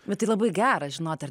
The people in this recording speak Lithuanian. bet tai labai gera žinot ar